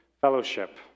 fellowship